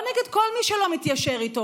או נגד כל מי שלא מתיישר איתו,